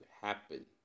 happen